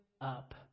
up